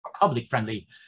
Public-friendly